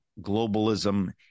globalism